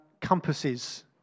compasses